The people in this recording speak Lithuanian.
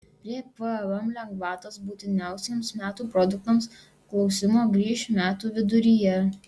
prie pvm lengvatos būtiniausiems metų produktams klausimo grįš metų viduryje